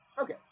Okay